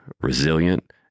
resilient